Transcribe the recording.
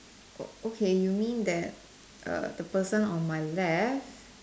oh okay you mean that err the person on my lefts